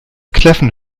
kläffen